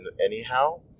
anyhow